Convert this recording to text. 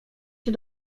się